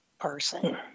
person